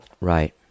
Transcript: right